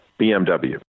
BMW